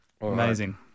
Amazing